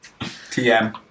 TM